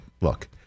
look